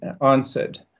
answered